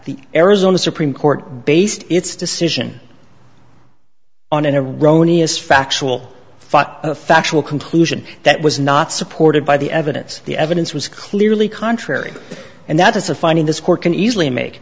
the arizona supreme court based its decision on a rony as factual factual conclusion that was not supported by the evidence the evidence was clearly contrary and that is a finding this court can easily make